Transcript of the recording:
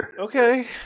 Okay